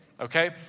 okay